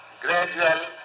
gradual